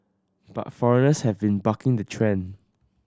but foreigners have been bucking the trend